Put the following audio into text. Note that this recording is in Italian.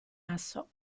asso